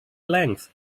length